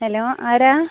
hello ആരാ